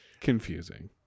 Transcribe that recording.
confusing